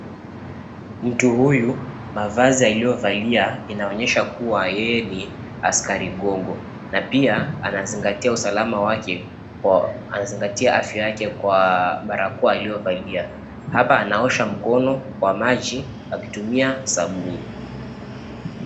Mtu huyu mavazi aliyovalia inaonyesha kuwa yeye ni askari gongo na pia anazingatia usalama anazingatia afya yake kwa barakoa aliyovalia. Hapa anaosha mkono kwa maji akitumia sabuni